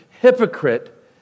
hypocrite